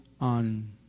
on